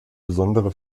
besondere